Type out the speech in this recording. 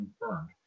confirmed